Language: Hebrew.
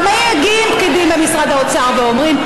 אבל מגיעים פקידים ממשרד האוצר ואומרים: